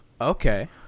Okay